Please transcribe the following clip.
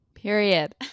Period